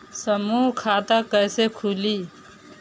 समूह खाता कैसे खुली?